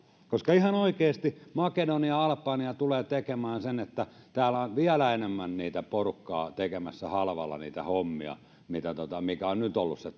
ihan oikeasti makedonia albania tulevat tekemään sen että täällä on vielä enemmän porukkaa tekemässä halvalla niitä hommia mikä on nyt ollut se